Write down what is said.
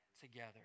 together